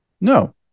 no